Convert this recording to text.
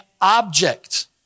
object